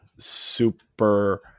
super